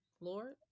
Lord